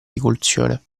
rivoluzione